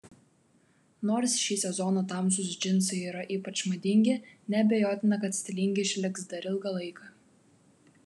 nors šį sezoną tamsūs džinsai yra ypač madingi neabejotina kad stilingi išliks dar ilgą laiką